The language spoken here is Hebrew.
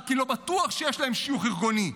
רק כי לא בטוח שיש להם שיוך ארגוני.